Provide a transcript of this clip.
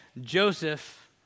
Joseph